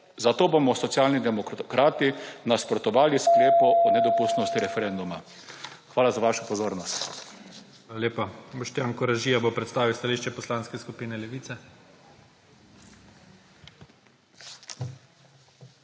zato bomo Socialni demokrati nasprotovali sklepu o nedopustnosti referenduma. Hvala za vašo pozornost.